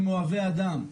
הם אוהבי אדם.